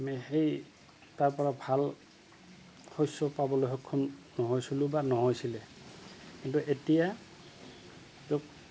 আমি সেই তাৰ পৰা ভাল শস্য পাবলৈ সক্ষম নহৈছিলোঁ বা নহৈছিলে কিন্তু এতিয়া